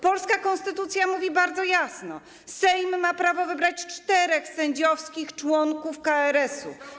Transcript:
Polska konstytucja mówi bardzo jasno: Sejm ma prawo wybrać czterech sędziowskich członków KRS-u.